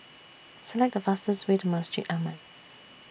Select The fastest Way to Masjid Ahmad